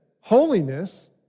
holiness